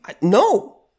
no